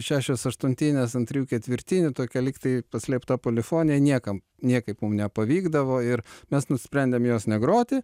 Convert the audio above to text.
šešios aštuntinės ant trijų ketvirtinių tokia lyg tai paslėpta polifonija niekam niekaip mum nepavykdavo ir mes nusprendėm jos negroti